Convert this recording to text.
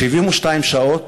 72 שעות,